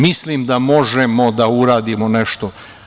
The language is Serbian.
Mislim da možemo da uradimo nešto.